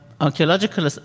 archaeological